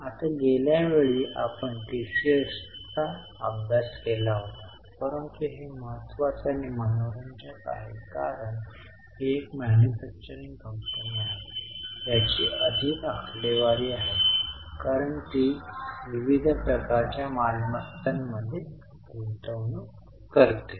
आता गेल्या वेळी आपण टीसीएसचा अभ्यास केला होता परंतु हे महत्त्वाचे आणि मनोरंजक आहे कारण ही एक मॅन्युफॅक्चरिंग कंपनी आहे ज्याची अधिक आकडेवारी आहे कारण ती विविध प्रकारच्या मालमत्तांमध्ये गुंतवणूक करते